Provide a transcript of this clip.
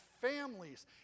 families